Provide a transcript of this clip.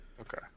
okay